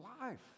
life